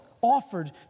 offered